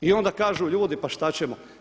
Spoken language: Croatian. I onda kažu ljudi pa šta ćemo.